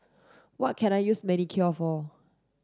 what can I use Manicare for